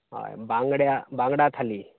हय बांगडे आस बांगडा थाली